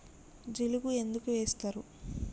జిలుగు ఎందుకు ఏస్తరు?